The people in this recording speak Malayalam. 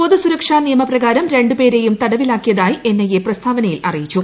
പൊതുസുരക്ഷാ നിയമപ്രകാരം രണ്ടു പേരേയും പൃതടവിലാക്കിയതായി എൻഐഎ പ്രസ്താവനയിൽ അറിയിച്ചു